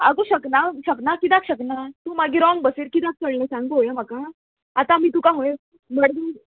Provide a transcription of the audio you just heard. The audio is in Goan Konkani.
आगो शकना शकना कित्याक शकना तूं मागीर रोंग बसीर कित्याक चडलें सांग पोळोया म्हाका आतां आमी तुका खोंय मडगांव